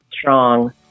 strong